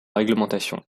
réglementation